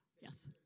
Yes